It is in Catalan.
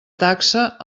taxa